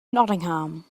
nottingham